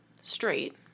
straight